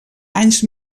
anys